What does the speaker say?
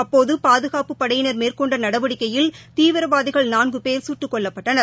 அப்போதுபாதுகாப்புப் படையினர் மேற்கொண்டநடவடிக்கையில் தீவிரவாதிகள் நான்குபோ சுட்டுக் கொல்லப்பட்டனர்